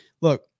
Look